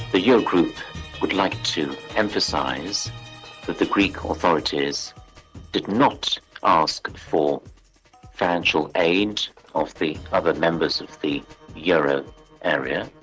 the euro group would like to emphasise that the greek authorities did not ask for financial aid of the other members of the euro area.